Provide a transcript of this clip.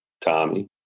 Tommy